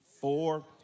Four